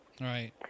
right